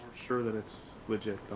sure that it's legit, though.